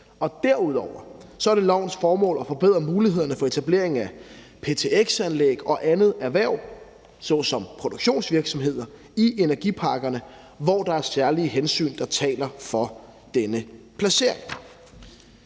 Derudover er det lovens formål at forbedre mulighederne for etablering af ptx-anlæg og andet erhverv såsom produktionsvirksomheder i energiparkerne, hvor der er særlige hensyn, der taler for denne placering.